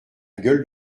gueule